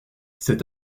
cet